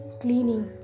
cleaning